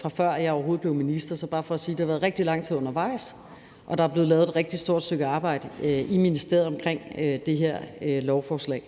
fra før jeg overhovedet blev minister. Så det er bare for at sige, at det har været rigtig lang tid undervejs, og der er blevet lavet et rigtig stort stykke arbejde i ministeriet omkring det her lovforslag.